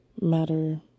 matter